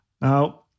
Now